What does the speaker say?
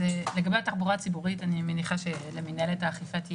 אז לגבי התחבורה הציבורית אני מניחה שלמנהלת האכיפה תהיה